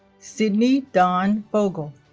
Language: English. sydney dawn fogle